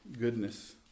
goodness